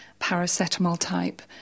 paracetamol-type